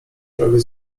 prawie